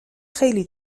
خیلی